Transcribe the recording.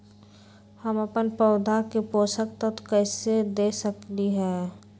हम अपन पौधा के पोषक तत्व कैसे दे सकली ह?